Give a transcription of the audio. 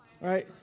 right